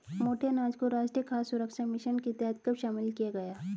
मोटे अनाज को राष्ट्रीय खाद्य सुरक्षा मिशन के तहत कब शामिल किया गया?